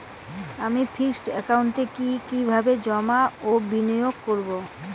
আমি ফিক্সড একাউন্টে কি কিভাবে জমা ও বিনিয়োগ করব?